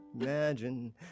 Imagine